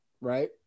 right